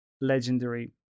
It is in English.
legendary